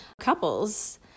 couples